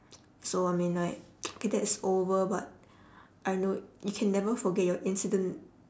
so I mean like okay that's over but I know you can never forget your incident